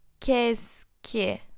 Keski